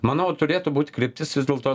manau turėtų būt kryptis vis dėlto